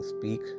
speak